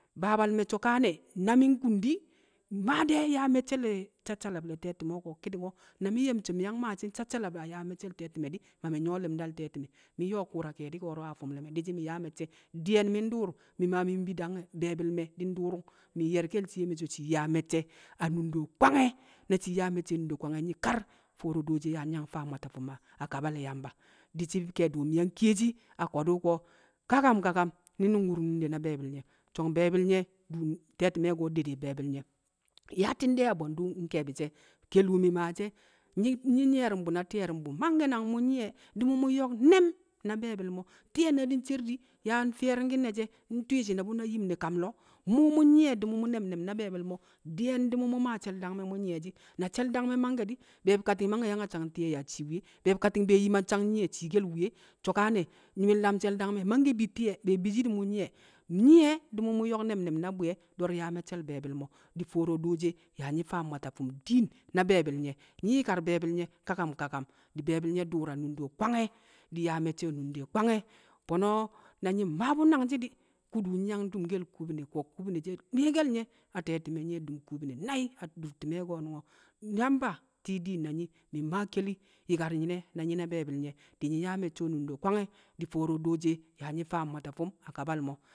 Babal me̱ so̱kane̱ na mi̱ nkun di̱ mmaa de̱ yaa me̱cce̱ le̱ sassalab le̱ te̱ti̱me̱ ko̱ ki̱di̱ngo̱. Na mi̱ nye̱ mi̱ so̱ mi̱ yang mmaashi̱ nsassalab a yaa me̱cce̱ e̱ te̱ti̱me̱ di̱ ma mi̱ nyu̱wo̱ li̱mdal te̱ti̱me̱. Mi̱ nyo̱o̱ ku̱u̱ra ke̱e̱di̱ ko̱ro̱ a fi̱m ne̱ me̱ di̱ shi̱ mi̱ nyaa me̱cce̱, di̱ye̱n mi̱ ndu̱u̱r mi̱ ma mi̱ mbi dange̱ be̱e̱bi̱l me̱ di̱ ndu̱u̱ru̱ng, mi̱ nye̱rke̱l shiye mi̱ so̱ shii yaa me̱cce̱ a nundo kwange̱, na shii nyaa me̱cce̱ a nundo kwange̱ di̱ kar re̱ nye̱e fo̱o̱ro̱ dooshi e yaa nyi̱ yang faa mwata fu̱m a- a kabal Yamba. Di̱ shi̱ ke̱e̱di̱ mi̱ yang kiyeshi a ko̱du̱ ko̱. Kakam kakam nyi̱ nu̱ngku̱r nunde na be̱e̱bi̱l nye̱, so̱ng be̱e̱bi̱l nye̱ te̱ti̱me̱ ko̱ dede̱ be̱e̱bi̱l nye̱ yaati̱n de̱ bwe̱ndu̱ nke̱e̱bi̱shi̱ e̱. Kelu wu̱ mi̱ maashi̱ e̱ nyi̱-nyi̱ nyi̱ye̱ru̱mbu̱ na ti̱ye̱ru̱mbu̱, mangkẹ nang mu̱ nyi̱ye̱ di̱ mu̱ mu̱ nyo̱k ne̱m na be̱e̱bi̱l mo̱, ti̱ye̱ na di̱ ncer di̱, yaa di̱ nyim ne̱ ne̱ she̱, ntwi̱ɪ shi̱ne̱ bu̱ na yim ne̱ kam lo̱o̱. Mu̱ mu̱ nyi̱ye̱ di̱ mu̱ ne̱m ne̱m na be̱e̱bi̱l mo̱, di̱yẹn di̱ mu̱ mu̱ maa she̱l- dangme̱ mu̱ nyi̱ye̱shi̱, na mu̱ mangke̱ di̱, be̱e̱bi̱ kati̱ng mangke̱ yang a sang ti̱ye̱ yaa cii wuye, be̱e̱bi̱ kati̱ng be̱e̱ yim a nsang nyi̱yẹ ciikel wuye so̱kane̱ nnyi̱ye̱ shiine she̱l- dangme̱. Be̱ bishi di̱ mu̱ nyi̱ye̱. Nyi̱ye̱ di̱ mu̱ mu̱ nyo̱k ne̱m ne̱m na bwi̱ye̱, do̱r yaa me̱cce̱l be̱e̱bi̱l mo̱, di̱ fo̱ro̱ diine yaa nyi̱ faa mwata fi̱m diin na be̱e̱bi̱l nye̱. Nyi̱ yi̱kar kakam kakam di̱ be̱e̱bi̱l nye̱ du̱u̱r a nunde kwange̱, fo̱no̱ na nyi̱ mmaa bu̱ nangshi̱ di̱ kudu nyi̱ yang dumkel kukune, ko̱ kukune she̱ we̱ li̱i̱ke̱l nye̱ a te̱ti̱me̱ ko̱ kubine we̱ li̱i̱ke̱l nye̱ nai̱ adur ti̱me̱ ko̱nu̱ngo̱, Yamba ti̱i̱ diin na nyi̱ mmaa keli na nyi̱ na be̱e̱bi̱l nye̱ nyi̱ yaa me̱cce̱ a nundo kwange̱ di̱ fo̱o̱ro̱ dooshi yaa nyi̱ faam mwata fu̱m a kabal mo̱.